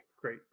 great